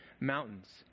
mountains